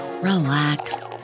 relax